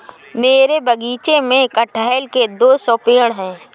मेरे बगीचे में कठहल के दो सौ पेड़ है